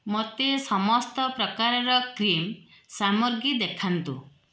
ମୋତେ ସମସ୍ତ ପ୍ରକାରର କ୍ରିମ୍ ସାମଗ୍ରୀ ଦେଖାନ୍ତୁ